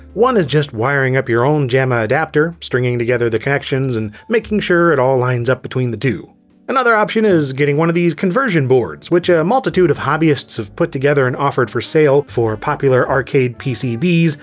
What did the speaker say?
one is just wiring up your own jamma adapter, stringing together the connections and making sure it all lines up between the another option is getting one of these conversion boards, which a multitude of hobbyists have put together and offered for sale for popular arcade pcbs,